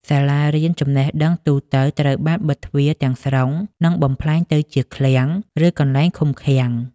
សាលារៀនចំណេះដឹងទូទៅត្រូវបានបិទទ្វារទាំងស្រុង និងបំប្លែងទៅជាឃ្លាំង ឬកន្លែងឃុំឃាំង។